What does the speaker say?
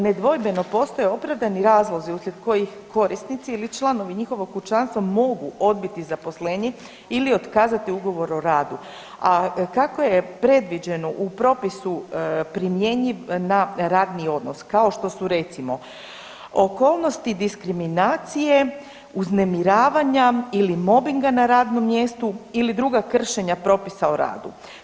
Nedvojbeno postoje opravdani razlozi uslijed kojeg korisnici ili članovi njihovog kućanstva mogu odbiti zaposlenje ili otkazati ugovor o radu, a kako je predviđeno u propisu primjenjiv na radni odnos kao što su recimo okolnosti diskriminacije, uznemiravanja ili mobbinga na radnom mjestu ili druga kršenja propisa o radu.